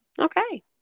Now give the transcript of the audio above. Okay